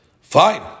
Fine